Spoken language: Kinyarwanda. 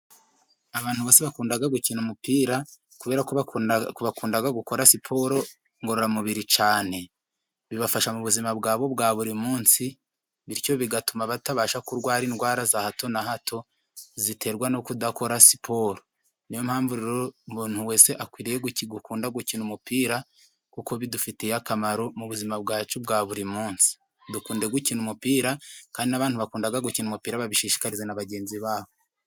Abantu bose bakunda gukina umupira, kubera ko bakunda gukora siporo ngororamubiri cyane. Bibafasha mu buzima bwabo bwa buri munsi, bityo bigatuma aba batabasha kurwara indwara za hato na hato, ziterwa no kudakora siporo. Ni yo mpamvu rero, umuntu wese akwiriye gukunda gukina umupira, kuko bidufitiye akamaro mu buzima bwacu bwa buri munsi. Dukunde gukina umupira, kandi abantu bakunda gukina umupira babishishikarize na bagenzi babo.